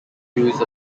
use